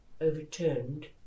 overturned